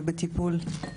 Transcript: זה בטיפול.